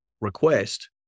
request